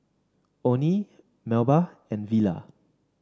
Oney Melba and Vela